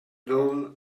down